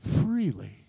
Freely